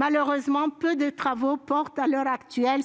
à l'heure actuelle, peu de travaux portent